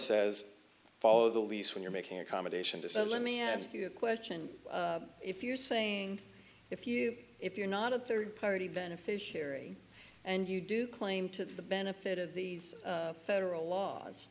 says follow the lease when you're making accommodations and let me ask you a question if you're saying if you if you're not a third party beneficiary and you do claim to the benefit of these federal laws